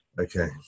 Okay